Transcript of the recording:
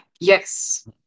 Yes